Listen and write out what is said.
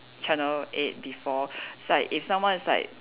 channel eight before it's like if someone is like